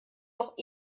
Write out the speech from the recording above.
doch